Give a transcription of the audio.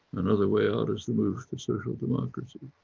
another way out is the move to social democracy.